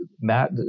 Matt